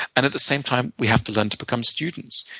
and at the same time, we have to learn to become students,